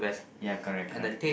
ya correct correct